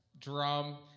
drum